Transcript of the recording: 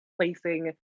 placing